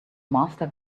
master